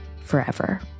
forever